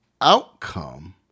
outcome